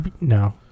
No